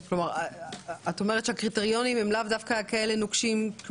את אומרת שהקריטריונים הם לאו דווקא כאלה נוקשים.